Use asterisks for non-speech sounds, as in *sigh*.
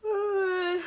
*noise*